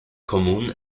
común